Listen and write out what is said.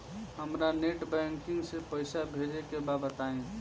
हमरा net banking से पईसा भेजे के बा बताई?